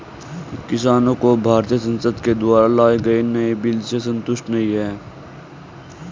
किसानों को भारतीय संसद के द्वारा लाए गए नए बिल से संतुष्टि नहीं है